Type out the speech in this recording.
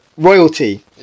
Royalty